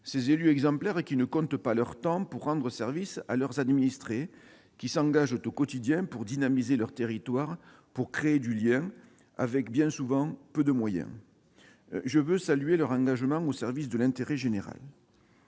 ces élus exemplaires qui ne comptent pas leur temps pour rendre service à leurs administrés, qui s'engagent au quotidien pour dynamiser leur territoire, pour créer du lien, avec bien souvent peu de moyens. Je veux saluer leur engagement au service de l'intérêt général.